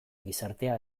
gizartea